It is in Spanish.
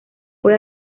fue